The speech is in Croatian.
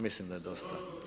Mislim da je dosta.